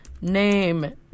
Name